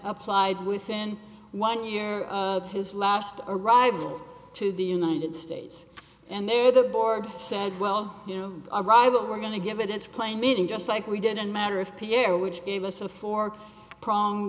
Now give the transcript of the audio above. applied within one year of his last arrival to the united states and there the board said well you know a rival we're going to give it its plain meaning just like we did in matter of pierre which gave us a four prong